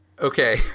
Okay